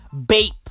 Bape